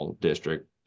district